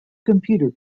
computer